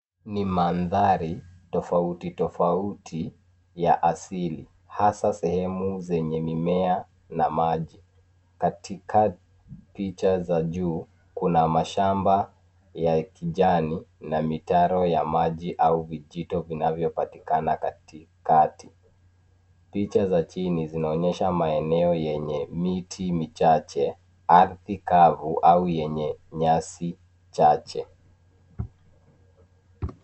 Ni mandhari tofauti tofauti ya asili, hasa sehemu zenye mimea na maji. Katika picha za juu kuna mashamba ya kijani na mitaro ya maji au vijito vinavyopatikana katikati. Picha za chini zinaonyesha maeneo yenye miti michache, ardhi kavu au yenye nyasi chache.